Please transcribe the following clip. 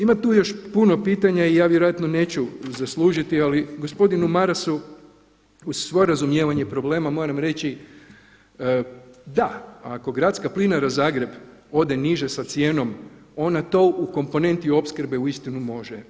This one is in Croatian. Ima tu još puno pitanja i ja vjerojatno neću zaslužiti, ali gospodinu Marasu uz svo razumijevanje problema moram reći da, ako Gradska plinara Zagreb ode niže sa cijenom ona to u komponenti opskrbe uistinu može.